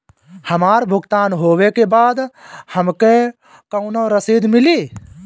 हमार भुगतान होबे के बाद हमके कौनो रसीद मिली?